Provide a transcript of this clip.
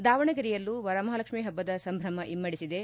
ದಾವಣಗೆರೆಯಲ್ಲೂ ವರಮಹಾಲಕ್ಷ್ಮೀ ಹಬ್ಬದ ಸಂಭ್ರಮ ಇಮ್ದಡಿಸಿದೆ